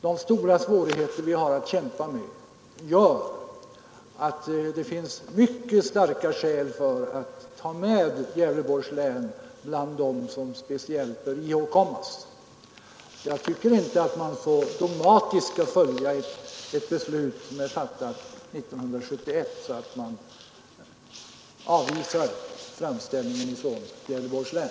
De stora svårigheter vi har att kämpa med gör att mycket starka skäl talar för att Gävleborgs län tas med bland de län som speciellt skall beaktas. Jag tycker inte att man så slaviskt skall följa ett beslut som är fattat 1971, att man avvisar framställningen från Gävleborgs län.